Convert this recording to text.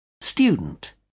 Student